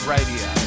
Radio